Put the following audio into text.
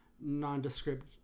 nondescript